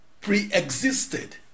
pre-existed